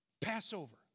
Passover